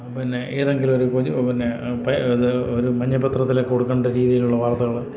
പിന്നെ ഏതെങ്കിലും ഒരു കുഞ്ഞ് പിന്നെ ഇത് ഒരു മഞ്ഞപത്രത്തിലൊക്കെ കൊടുക്കേണ്ട രീതിയിലുള്ള വാർത്തകൾ